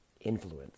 influence